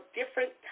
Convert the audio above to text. different